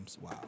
wow